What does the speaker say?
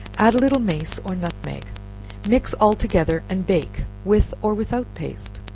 add a little mace or nutmeg mix all together, and bake with or without paste.